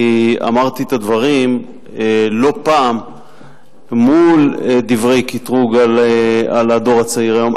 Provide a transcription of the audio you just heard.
אני אמרתי את הדברים לא פעם מול דברי קטרוג על הדור הצעיר היום.